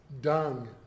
dung